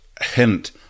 hint